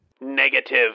Negative